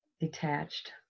Detached